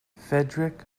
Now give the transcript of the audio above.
fedric